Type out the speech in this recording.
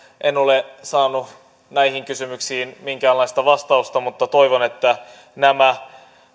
en ole saanut näihin kysymyksiin minkäänlaista vastausta mutta toivon että nämä